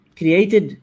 created